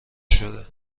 شده